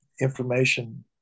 information